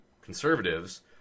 conservatives